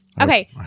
okay